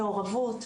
מעורבות,